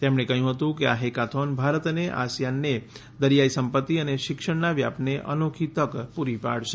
તેમણે કહ્યું હતું કે આ હેકાથોન ભારત અને આશિયાનને દરિયાઈ સંપત્તિ અને શિક્ષણના વ્યાપને અનોખી તક પૂરી પાડશે